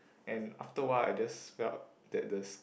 and after a while I just felt that the